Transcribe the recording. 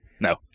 No